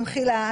במחילה,